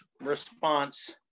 response